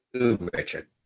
Richard